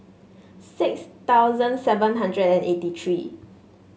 six thousand seven hundred and eighty three